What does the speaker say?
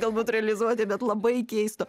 galbūt realizuoti bet labai keisto